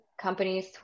companies